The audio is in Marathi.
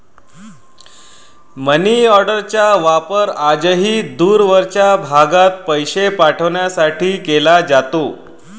मनीऑर्डरचा वापर आजही दूरवरच्या भागात पैसे पाठवण्यासाठी केला जातो